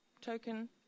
token